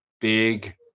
big